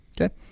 okay